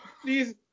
Please